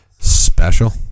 special